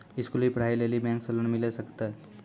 स्कूली पढ़ाई लेली बैंक से लोन मिले सकते?